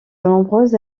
nombreuses